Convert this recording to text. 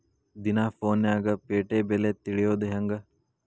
ದಿನಾ ಫೋನ್ಯಾಗ್ ಪೇಟೆ ಬೆಲೆ ತಿಳಿಯೋದ್ ಹೆಂಗ್?